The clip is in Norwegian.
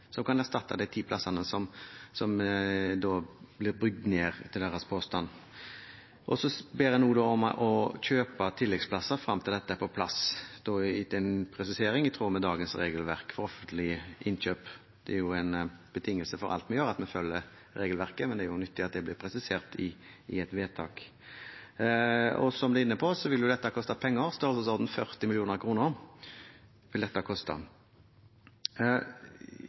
som kan erstatte de ti plassene som ifølge deres påstand blir bygd ned. En ber også om å kjøpe tilleggsplasser fram til dette er på plass, med den presiseringen at det er i tråd med dagens regelverk for offentlige innkjøp. Det er jo en betingelse for alt vi gjør, at vi følger regelverket, men det er nyttig at det blir presisert i et vedtak. Som jeg har vært inne på, vil dette koste penger – i størrelsesorden 40